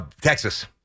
Texas